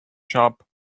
shop